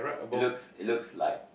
it looks it looks like